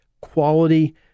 quality